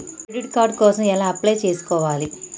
Credit card కోసం ఎలా apply చేసుకోవాలి?